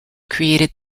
created